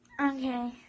Okay